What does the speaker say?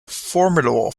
formidable